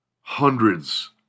hundreds